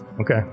Okay